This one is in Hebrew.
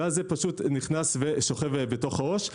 ואז זה נכנס ושוכב בתוך העו"ש.